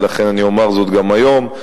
ולכן אני אומר זאת גם היום,